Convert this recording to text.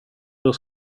hur